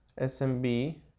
SMB